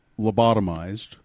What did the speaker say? lobotomized